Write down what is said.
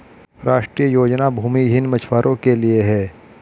राष्ट्रीय योजना भूमिहीन मछुवारो के लिए है